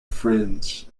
friends